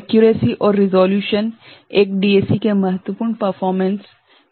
accuracy और resolution एक DAC के महत्वपूर्ण परफॉर्मेंस